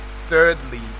thirdly